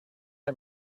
are